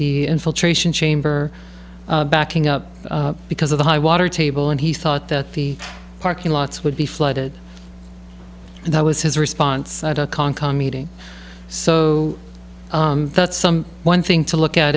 the infiltration chamber backing up because of the high water table and he thought that the parking lots would be flooded that was his response so that some one thing to look at